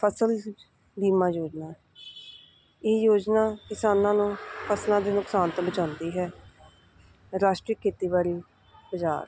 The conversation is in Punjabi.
ਫਸਲ ਬੀਮਾ ਯੋਜਨਾ ਇਹ ਯੋਜਨਾ ਕਿਸਾਨਾਂ ਨੂੰ ਫਸਲਾਂ ਦੇ ਨੁਕਸਾਨ ਤੋਂ ਬਚਾਉਂਦੀ ਹੈ ਰਾਸ਼ਟਰੀ ਖੇਤੀਬਾੜੀ ਬਾਜ਼ਾਰ